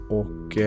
och